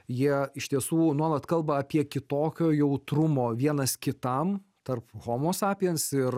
jie iš tiesų nuolat kalba apie kitokio jautrumo vienas kitam tarp homo sapiens ir